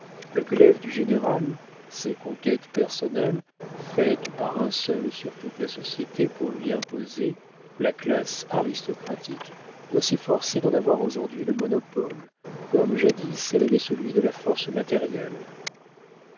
le glaive du général ces conquêtes personnelles faites par un seul sur toute la société pour lui imposer la classe aristocratique doit s'efforcer d'en avoir aujourd'hui le monopole comme jadis elle avait celui de la force matérielle